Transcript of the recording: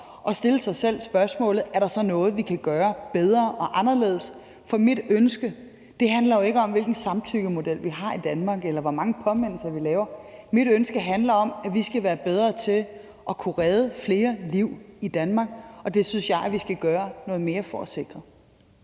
og stille sig selv spørgsmålet: Er der så noget, vi kan gøre bedre og anderledes? For mit ønske handler jo ikke om, hvilken samtykkemodel vi har i Danmark, eller hvor mange påmindelser vi laver. Mit ønske er, at vi skal være bedre til at kunne redde flere liv i Danmark, og det synes jeg vi skal gøre noget mere for at sikre.